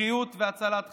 בריאות והצלת חיים.